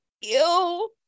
ew